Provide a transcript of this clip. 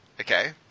Okay